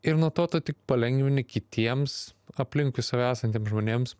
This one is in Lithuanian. ir nuo to tu tik palengvini kitiems aplinkui save esantiems žmonėms